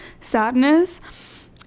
sadness